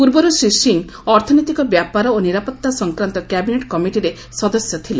ପୂର୍ବରୁ ଶ୍ରୀ ସିଂହ ଅର୍ଥନୈତିକ ବ୍ୟାପାର ଓ ନିରାପତ୍ତା ସଂକ୍ରାନ୍ତ କ୍ୟାବିନେଟ୍ କମିଟିରେ ସଦସ୍ୟ ଥିଲେ